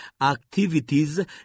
activities